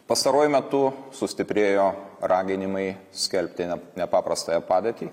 pastaruoju metu sustiprėjo raginimai skelbti nepaprastąją padėtį